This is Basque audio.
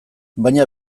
baina